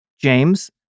James